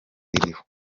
iriho